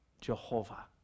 Jehovah